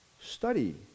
study